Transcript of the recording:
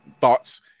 thoughts